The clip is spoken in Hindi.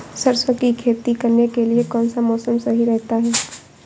सरसों की खेती करने के लिए कौनसा मौसम सही रहता है?